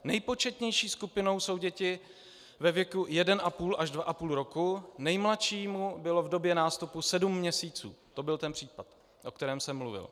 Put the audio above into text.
Nejpočetnější skupinou jsou děti ve věku jedenapůl až dvaapůl roku, nejmladšímu bylo v době nástupu sedm měsíců to byl ten případ, o kterém jsem mluvil.